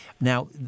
Now